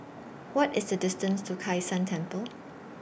What IS The distance to Kai San Temple